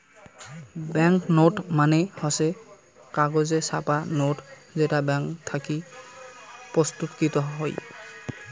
bank note মানে হসে কাগজে ছাপা নোট যেটা ব্যাঙ্ক থাকি প্রস্তুতকৃত হই